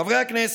חברי הכנסת,